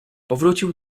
powrócił